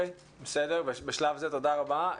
בסדר, בשלב זה תודה רבה.